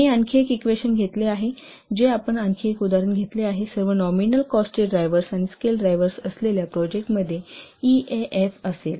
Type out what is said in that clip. मी आणखी एक इक्वेशन घेतले आहे जे आपण आणखी एक उदाहरण घेतले आहे सर्व नॉमिनल कॉस्ट ड्राइव्हर्स आणि स्केल ड्रायव्हर्स असलेल्या प्रोजेक्टमध्ये ईएएफ असेल